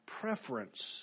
preference